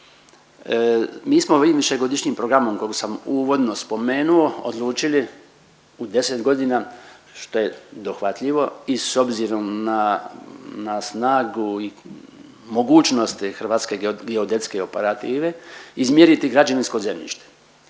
Mi smo ovim višegodišnjim programom kako sam uvodno spomenuo odlučili u 10 godina što je dohvatljivo i s obzirom na snagu i mogućnosti hrvatske geodetske operative izmjeriti građevinsko zemljište